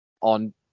on